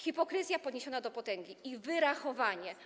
Hipokryzja podniesiona do potęgi i wyrachowanie.